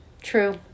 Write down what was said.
True